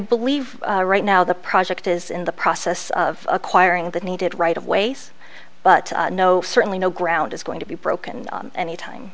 believe right now the project is in the process of acquiring the needed right of ways but no certainly no ground is going to be broken any time